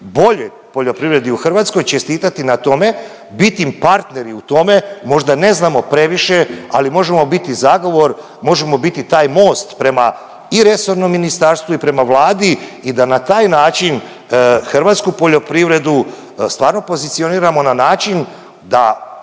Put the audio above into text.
boljoj poljoprivredi u Hrvatskoj, čestitati na tome, bit im partneri u tome, možda ne znamo previše, ali možemo biti zagovor, možemo biti taj most prema i resornom ministarstvu i prema Vladi i da na taj način hrvatsku poljoprivredu stvarno pozicioniramo na način da